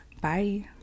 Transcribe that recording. Bye